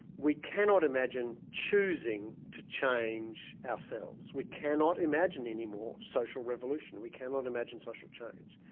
we cannot imagine choosing to change ourselves, we cannot imagine anymore social revolution, we cannot imagine social change.